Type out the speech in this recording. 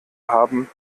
haben